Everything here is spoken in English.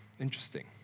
Interesting